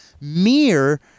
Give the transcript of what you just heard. mere